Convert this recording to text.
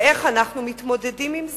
איך אנחנו מתמודדים עם זה?